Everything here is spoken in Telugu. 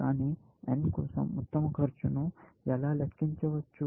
కానీ n కోసం ఉత్తమ ఖర్చు ను ఎలా లెక్కించవచ్చు